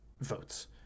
votes